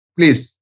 Please